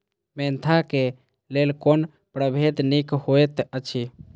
Mentha क लेल कोन परभेद निक होयत अछि?